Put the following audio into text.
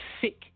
Sick